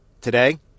Today